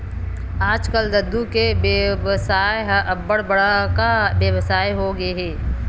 आजकाल दूद के बेवसाय ह अब्बड़ बड़का बेवसाय होगे हे